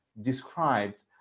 described